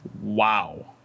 Wow